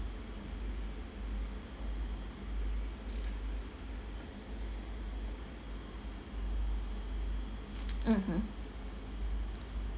mmhmm